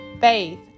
faith